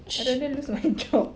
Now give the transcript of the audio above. I don't dare lose my job